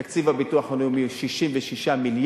תקציב הביטוח הלאומי הוא 66 מיליארד.